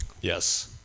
yes